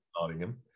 Nottingham